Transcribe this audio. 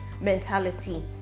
mentality